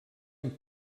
amb